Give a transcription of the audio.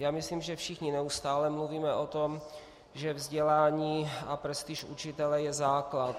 Já myslím, že všichni neustále mluvíme o tom, že vzdělání a prestiž učitele je základ.